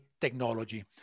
technology